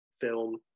film